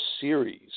series